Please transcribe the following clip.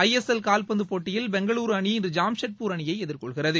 ஐ S L காவ்பந்துப் போட்டியில் பெங்களூரு அணி இன்று ஜாம்ஷெட்பூர் அணியை எதிர்கொள்கிறது